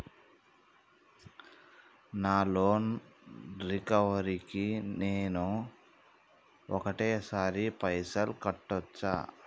నా loan recovery కి నేను ఒకటేసరి పైసల్ కట్టొచ్చా?